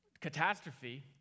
catastrophe